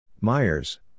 Myers